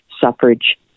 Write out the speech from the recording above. suffrage